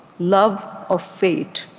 love of fate.